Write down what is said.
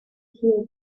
hear